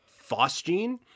Phosgene